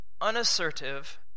unassertive